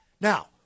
Now